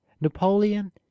napoleon